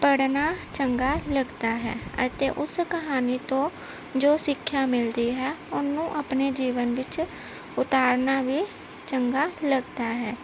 ਪੜ੍ਹਨਾ ਚੰਗਾ ਲਗਦਾ ਹੈ ਅਤੇ ਉਸ ਕਹਾਣੀ ਤੋਂ ਜੋ ਸਿੱਖਿਆ ਮਿਲਦੀ ਹੈ ਉਹਨੂੰ ਆਪਣੇ ਜੀਵਨ ਵਿੱਚ ਉਤਾਰਨਾ ਵੀ ਚੰਗਾ ਲੱਗਦਾ ਹੈ